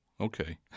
okay